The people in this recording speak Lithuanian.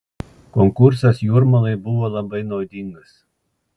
konkursas jūrmalai buvo labai naudingas